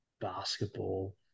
Basketball